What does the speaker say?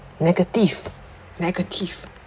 negative negative